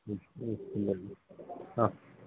অঁ